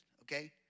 okay